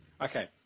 Okay